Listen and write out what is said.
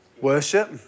Worship